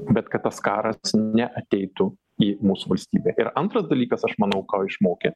bet kad tas karas neateitų į mūsų valstybę ir antras dalykas aš manau ko išmokė